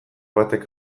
batek